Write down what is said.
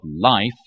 Life